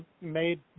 made